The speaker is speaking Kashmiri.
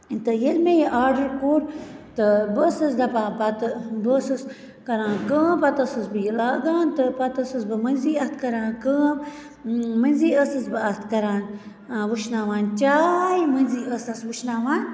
تہٕ ییٚلہِ مےٚ یہِ آرڈَر کوٚر تہٕ بہٕ ٲسٕس دَپان پَتہٕ بہٕ ٲسٕس کَران کٲم پَتہٕ ٲسٕس بہٕ یہِ لاگان تہٕ پَتہٕ ٲسٕس بہٕ مٔنٛزی اتھ کَران کٲم مٔنٛزی ٲسٕس بہٕ اتھ کَران وُشناوان چاے مٔنٛزی ٲسٕس وُشناوان